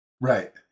Right